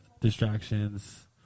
distractions